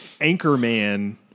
Anchorman